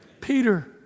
Peter